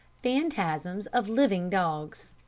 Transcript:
phantasms of living dogs